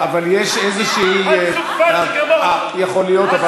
אבל יש איזושהי, חצופה שכמוך, יכול להיות.